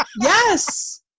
Yes